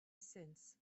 since